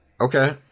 Okay